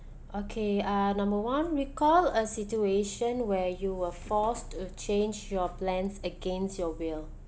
okay uh number one recall a situation where you were forced to change your plans against your will